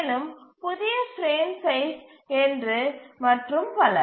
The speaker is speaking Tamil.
மேலும் புதிய பிரேம் சைஸ் என்று மற்றும் பல